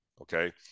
okay